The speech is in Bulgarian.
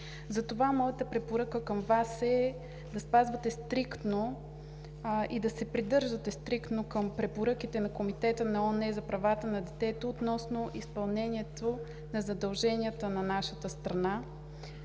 Затова моята препоръка към Вас е да спазвате и да се придържате стриктно към препоръките на Комитета на ООН за правата на детето относно изпълнението на задълженията на нашата страна